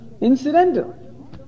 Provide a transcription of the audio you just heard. incidental